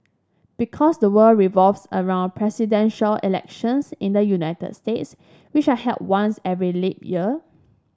because the world revolves around Presidential Elections in the United States which are held once every leap year